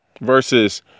versus